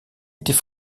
était